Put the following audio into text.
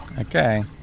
Okay